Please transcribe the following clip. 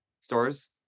stores